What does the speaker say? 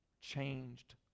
changed